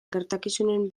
gertakizunen